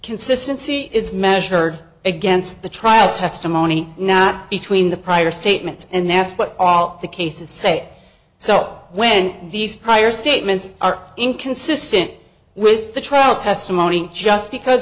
consistency is measured against the trial testimony not between the prior statements and that's what all the cases say so when these prior statements are inconsistent with the trial testimony just because